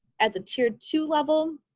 at the tier two level,